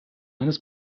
eines